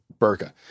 burqa